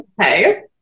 Okay